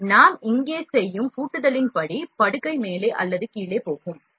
எனவே நாம் இங்கே செய்யும் பூட்டுதலின் படி படுக்கை மேலே அல்லது கீழே போகும்